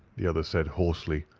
the other said, hoarsely.